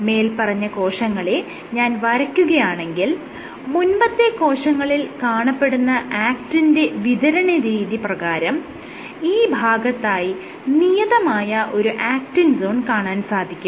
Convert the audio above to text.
മേല്പറഞ്ഞ കോശങ്ങളെ ഞാൻ വരയ്ക്കുകയാണെങ്കിൽ മുൻപത്തെ കോശങ്ങളിൽ കാണപ്പെടുന്ന ആക്റ്റിന്റെ വിതരണരീതി പ്രകാരം ഈ ഭാഗത്തായി നിയതമായ ഒരു ആക്റ്റിൻ സോൺ കാണാൻ സാധിക്കും